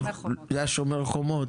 זה היה שומר חומות?